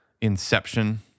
Inception